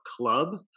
club